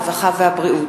הרווחה והבריאות.